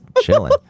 chilling